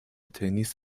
تنیس